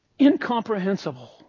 incomprehensible